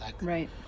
right